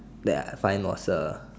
that I find was a